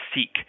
seek